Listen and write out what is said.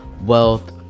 wealth